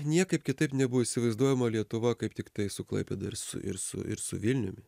niekaip kitaip nebuvo įsivaizduojama lietuva kaip tiktai su klaipėda ir su ir su ir su vilniumi